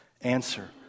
Answer